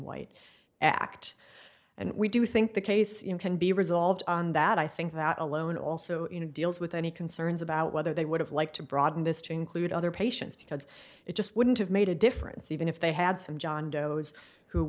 white act and we do think the case in can be resolved on that i think that alone also deals with any concerns about whether they would have liked to broaden this chain clude other patients because it just wouldn't have made a difference even if they had some john doe's who